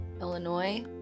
Illinois